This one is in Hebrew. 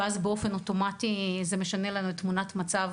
ואז באופן אוטומטי זה משנה לנו את תמונת המצב